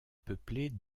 peuplée